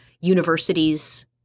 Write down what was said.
universities